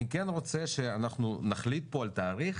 אני כן רוצה שאנחנו נחליט פה על תאריך